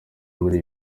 muri